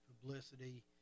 publicity